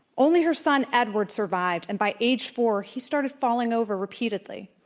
only her son, edward survived. and by age four, he started falling over repeatedly.